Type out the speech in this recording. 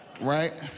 Right